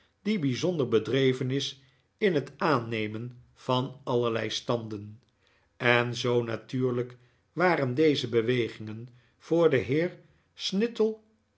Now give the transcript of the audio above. die bijzonder bedreven is in het aannemen van allerlei standen en zoo natuurlijk waren deze bewegingen voor den heer snittle